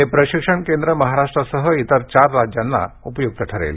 हे प्रशिक्षण केंद्र महाराष्ट्रासह इतर चार राज्यांना उपयुक्त ठरेल